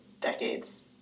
decades